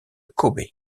kobe